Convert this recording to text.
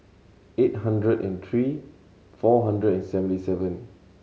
hundred and three four hundred and seventy seven